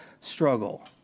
struggle